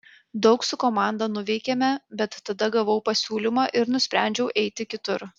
daug su komanda nuveikėme bet tada gavau pasiūlymą ir nusprendžiau eiti kitur